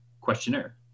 questionnaire